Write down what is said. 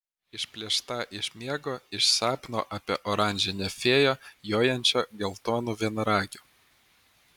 išplėšta iš miego iš sapno apie oranžinę fėją jojančią geltonu vienaragiu